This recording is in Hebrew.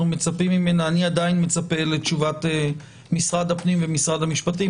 מצפים אני עדיין מצפה לתשובת משרד הפנים ומשרד המשפטים.